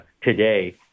today